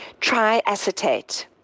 triacetate